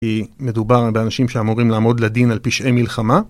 מדובר באנשים שאמורים לעמוד לדין על פשעי מלחמה.